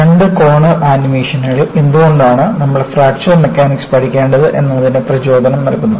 രണ്ട് കോർണർ ആനിമേഷനുകൾ എന്തുകൊണ്ടാണ് നമ്മൾ ഫ്രാക്ചർ മെക്കാനിക്സ് പഠിക്കേണ്ടത് എന്നതിന് പ്രചോദനം നൽകുന്നു